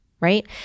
Right